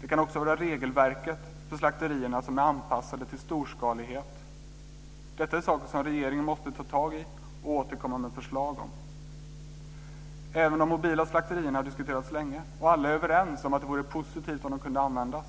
Det kan också gälla regelverket för slakterierna, som är anpassat till storskalighet. Detta är saker som regeringen måste ta tag i och där den måste återkomma med förslag. Även mobila slakterier har diskuterats länge, och alla är överens om att det vore positivt om sådana kunde användas.